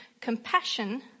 compassion